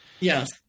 Yes